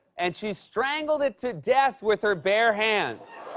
and she strangled it to death with her bare hands,